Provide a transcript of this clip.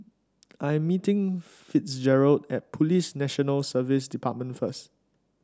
I am meeting Fitzgerald at Police National Service Department first